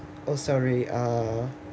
oh sorry uh